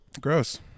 Gross